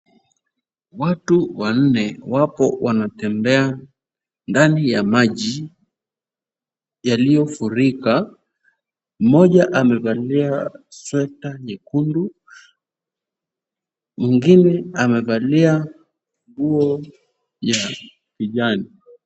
Watu wanne wapo wanatembea ndani ya maji yaliyofurika. Mmoja amevalia sweta nyekundu, mwingine amevalia nguo ya kijani.